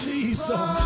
Jesus